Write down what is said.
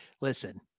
listen